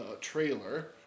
trailer